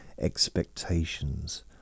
expectations